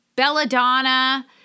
Belladonna